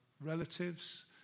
relatives